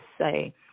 say